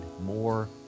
more